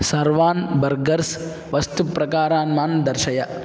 सर्वान् बर्गर्स् वस्तुप्रकारान् मां दर्शय